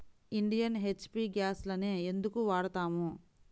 Indian, HP గ్యాస్లనే ఎందుకు వాడతాము?